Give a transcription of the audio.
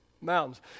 mountains